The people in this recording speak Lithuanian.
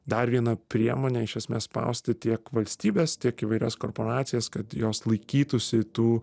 dar viena priemone iš esmės spausti tiek valstybes tiek įvairias korporacijas kad jos laikytųsi tų